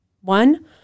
One